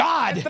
God